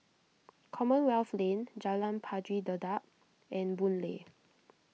Commonwealth Lane Jalan Pari Dedap and Boon Lay